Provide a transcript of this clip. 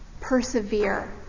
persevere